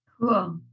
Cool